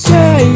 Say